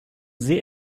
sehr